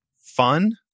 fun